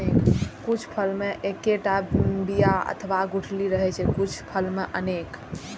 कुछ फल मे एक्केटा बिया अथवा गुठली रहै छै, ते कुछ फल मे अनेक